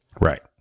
Right